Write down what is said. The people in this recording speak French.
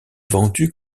vendus